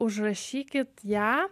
užrašykit ją